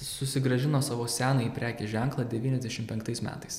susigrąžino savo senąjį prekės ženklą devyniasdešim penktais metais